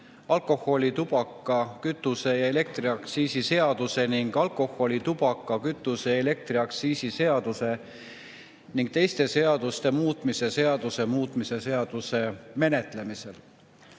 alkoholi-, tubaka-, kütuse- ja elektriaktsiisi seaduse ning alkoholi-, tubaka-, kütuse- ja elektriaktsiisi seaduse ning teiste seaduste muutmise seaduse muutmise seadus. Küsimus